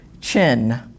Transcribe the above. Chin